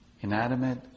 inanimate